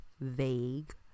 Vague